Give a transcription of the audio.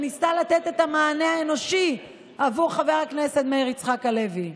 שניסתה לתת את המענה אנושי עבור חבר הכנסת מאיר יצחק הלוי.